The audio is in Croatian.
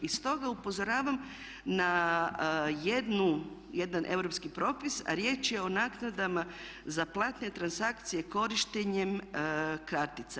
I stoga upozoravam na jedan europski propis, a riječ je o naknadama za platne transakcije korištenjem kartica.